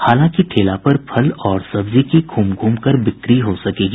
हालांकि ठेला पर फल और सब्जी की घूम घूम कर बिक्री हो सकेगी